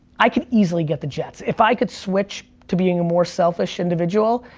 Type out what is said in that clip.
i could easily get the jets. if i could switch to being a more selfish individual.